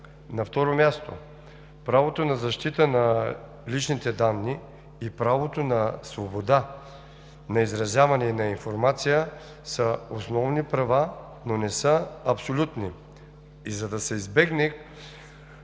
На второ място, правото на защита на личните данни и правото на свобода на изразяване и на информация са основни права, но не са абсолютни.